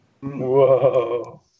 Whoa